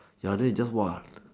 ya then it just !whoa!